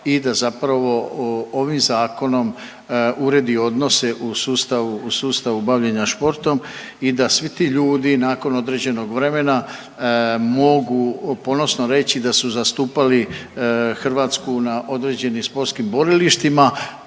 i da zapravo ovim Zakonom uredi odnose u sustavu bavljenja športom i da svi ti ljudi nakon određenog vremena mogu ponovno reći da su zastupali Hrvatsku na određenim sportskim borilištima